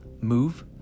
move